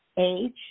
age